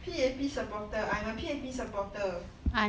P_A_P supporter I'm a P_A_P supporter